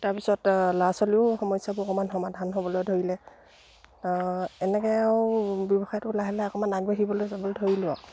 তাৰপিছত ল'ৰা ছোৱালীও সমস্যাবোৰ অকণমান সমাধান হ'বলৈ ধৰিলে এনেকৈ আৰু ব্যৱসায়টো লাহে লাহে অকণমান আগবাঢ়িবলৈ যাবলৈ ধৰিলোঁ আৰু